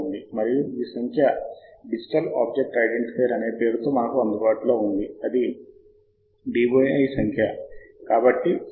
ఒకసారి మీరు ఇక్కడ వ్రాయడం పూర్తయింది మీరు శోధన బటన్ పై క్లిక్ చేయవచ్చు ఆపై శోధన పూర్తి అవుతుంది మరియు ఆ శోధన ప్రదర్శించబడుతుంది